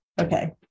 Okay